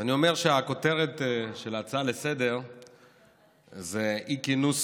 אז אני אומר שהכותרת של ההצעה לסדר-היום היא: אי-כינוס